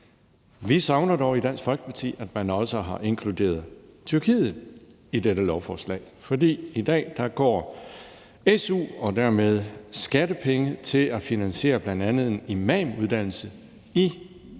Vi savner dog i Dansk Folkeparti, at man også havde inkluderet Tyrkiet i dette lovforslag, for i dag går su og dermed skattepenge til at finansiere bl.a. en imamuddannelse i Tyrkiet.